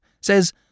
Says